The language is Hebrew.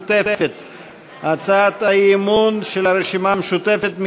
הצעת האי-אמון של הרשימה המשותפת.